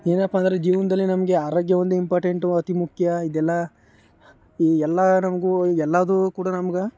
ಏನಪ್ಪ ಅಂದರೆ ಜೀವನದಲ್ಲಿ ನಮಗೆ ಆರೋಗ್ಯ ಒಂದೇ ಇಂಪಾರ್ಟೆಂಟು ಅತಿ ಮುಖ್ಯ ಇದೆಲ್ಲ ಈ ಎಲ್ಲ ನಮಗೂ ಎಲ್ಲದೂ ಕೂಡ ನಮ್ಗೆ